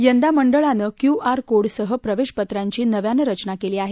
यंदा मंडळानं Q R कोडसह प्रवेशपत्रांची नव्यानं रचना केली आहे